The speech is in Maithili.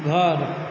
घर